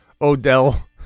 Odell